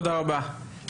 תודה רבה.